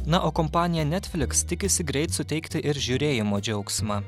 na o kompanija netflix tikisi greit suteikti ir žiūrėjimo džiaugsmą